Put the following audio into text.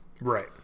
Right